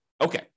Okay